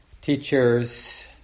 teachers